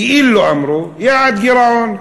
כאילו אמרו, יעד גירעון.